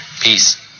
Peace